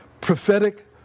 prophetic